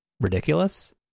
ridiculous